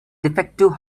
defective